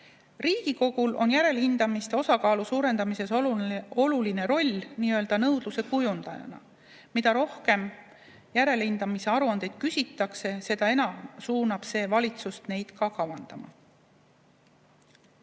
Riigikogul on järelhindamise osakaalu suurendamises oluline roll nii-öelda nõudluse kujundajana. Mida rohkem järelhindamise aruandeid küsitakse, seda enam suunab see valitsust neid kavandama.